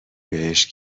بهش